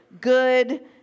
good